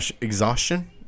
exhaustion